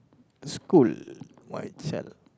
school why said